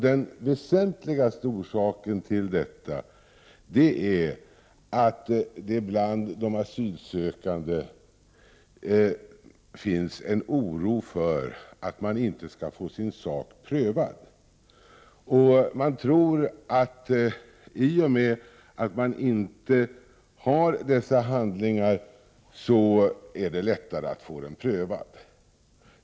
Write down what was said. Den väsentligaste orsaken härtill är att det bland de asylsökande finns en oro för att de inte skall få sin sak prövad. Man tror att i och med att man inte har dessa handlingar så är det lättare att få sin sak prövad.